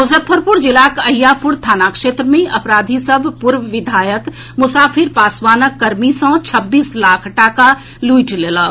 मुजफ्फरपुर जिलाक अहियापुर थाना क्षेत्र मे अपराधी सभ पूर्व विधायक मुसाफिर पासवानक कर्मी सॅ छब्बीस लाख टाका लुटि लेकक